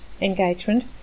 engagement